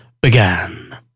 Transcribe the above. began